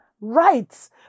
rights